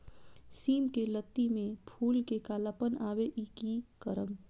सिम के लत्ती में फुल में कालापन आवे इ कि करब?